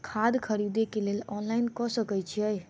खाद खरीदे केँ लेल ऑनलाइन कऽ सकय छीयै?